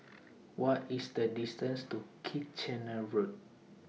What IS The distance to Kitchener Road